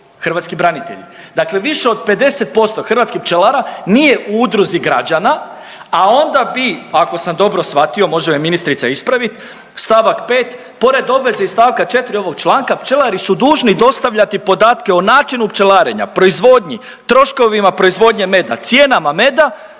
hrvatski branitelji. Dakle više od 50% hrvatskih pčelara nije u udruzi građana, a onda bi ako sam dobro shvatio, može me ministrica ispravit, stavak 5 pored obveze iz stavka 4 ovog članka pčelari su dužni dostavljati podatke o načinu pčelarenja, proizvodnji, troškovima proizvodnje meda, cijenama meda,